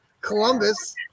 Columbus